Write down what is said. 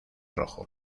rojo